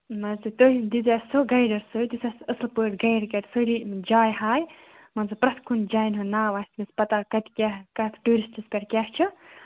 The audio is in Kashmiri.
نہ حظ تہٕ تُہۍ دِیٖزٮ۪و اسہِ سُہ گیڈَا سۭتۍ یُس اصٕل پٲٹھۍ گیٕڈ کَرِ سارے جاے ہاوِ مان ژٕ پرٛٮ۪تھ کُنہِ جاےٛ ہُنٛد ناو آسٮ۪س پَتہہ کَتہِ کیاہ کَتھ ٹوٗرِسٹَس پٮ۪ٹھ کیٛاہ چھُ